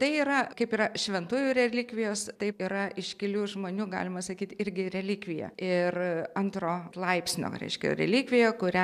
tai yra kaip yra šventųjų relikvijos taip yra iškilių žmonių galima sakyt irgi relikvija ir antro laipsnio reiškia relikvija kurią